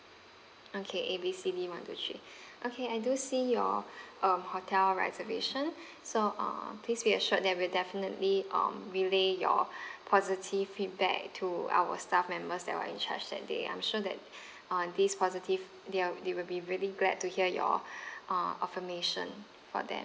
okay A B C D one two three okay I do see your um hotel reservation so uh please be assured that we'll definitely um relay your positive feedback to our staff members that were in charged that day I'm sure that uh this positive they're they will be really glad to hear your uh affirmation for them